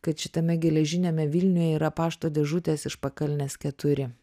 kad šitame geležiniame vilniuje yra pašto dėžutės iš pakalnės keturi